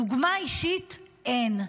דוגמה אישית אין,